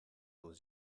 aux